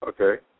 Okay